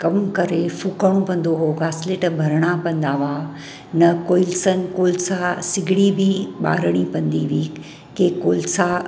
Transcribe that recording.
कम करे फुकणो पवंदो हो घासलेट भरणा पवंदा हुआ न कोई सन कोल सां सिगड़ी बि ॿारिणी पवंदी हुई के कोल सां